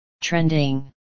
Trending